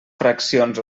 fraccions